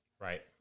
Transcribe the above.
right